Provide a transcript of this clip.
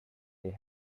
they